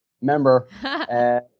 member